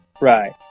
Right